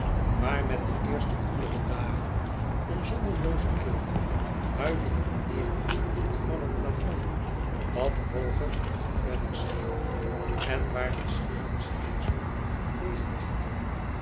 waar met de eerste koelere dagen een zonnelooze kilte huiverend neêrviel van het plafond dat hooger en verder scheen en waar de schildersezel leêg